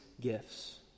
gifts